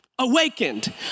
Awakened